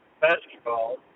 basketball